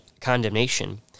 condemnation